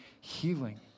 Healing